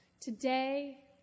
today